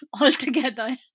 altogether